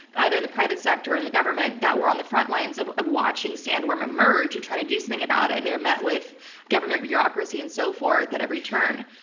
either in the private sector and the government that were on the front lines of of watching sandworm emerge and trying to do something about it, and they're met with government bureaucracy and so forth at every turn.